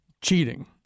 cheating